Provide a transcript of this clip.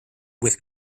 with